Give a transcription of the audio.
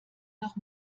noch